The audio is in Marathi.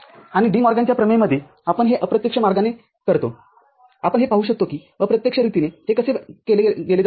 आणि डी मॉर्गनच्या प्रमेयमध्ये आपण हे अप्रत्यक्ष मार्गाने करतो आपण हे पाहू शकतो की अप्रत्यक्ष रीतीने हे कसे केले जाऊ शकते